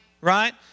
right